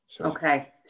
Okay